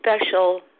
special